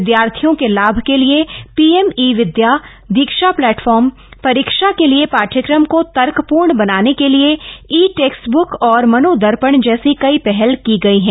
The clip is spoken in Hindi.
विदयार्थियों के लाभ के लिए PM e Vidya Diksha platform परीक्षा के लिए पाठ्यक्रम को तर्क पूर्ण बनाने के लिए ई टेक्स्टब्रक्स और मनोदर्पण जैसी कई पहल की गई हैं